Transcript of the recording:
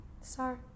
Sorry